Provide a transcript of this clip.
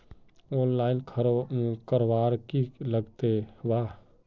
Online करवार की लगते वा?